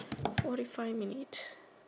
forty five minutes